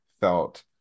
felt